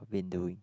been doing